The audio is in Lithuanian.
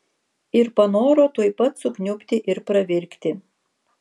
ir panoro tuoj pat sukniubti ir pravirkti